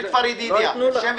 לא ייתנו לך.